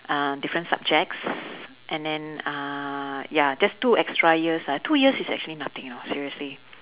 uh different subjects and then uh ya just two extra years ah two years is actually nothing you know seriously